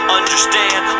understand